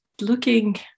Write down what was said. looking